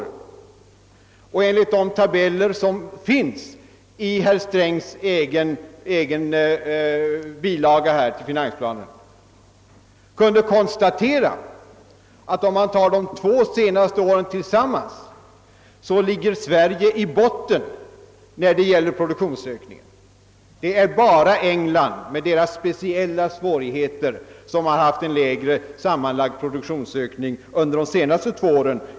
Men herr Ohlin kunde ju enligt de tabeller, som finns i herr Strängs egen bilaga till finansplanen, konstatera att om man ser till den sammanlagda produktionsökningen för de två senaste åren, så finner man att Sverige ligger i botten. Det är bara England med dess speciella svårigheter som haft en lägre sammanlagd produktionsökning under de två senaste åren.